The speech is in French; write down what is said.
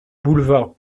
boulevard